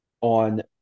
on